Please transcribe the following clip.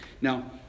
Now